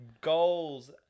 goals